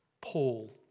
Paul